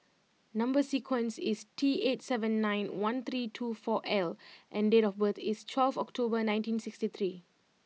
number sequence is T eight seven nine one three two four L and date of birth is twelve October nineteen sixty three